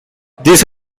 these